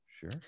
Sure